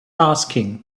asking